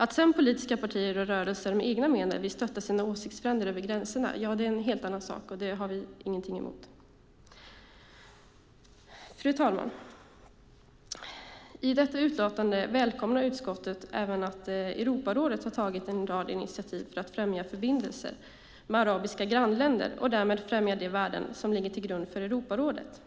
Att sedan politiska partier och rörelser med egna medel vill stötta sina åsiktsfränder över gränserna är en helt annan sak; det har vi inget emot. Fru talman! I utlåtandet välkomnar utskottet även att Europarådet tagit en rad initiativ för att främja förbindelser med arabiska grannländer och därmed främja de värden som ligger till grund för Europarådet.